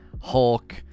Hulk